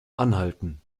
anhalten